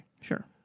Sure